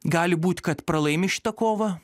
gali būt kad pralaimi šitą kovą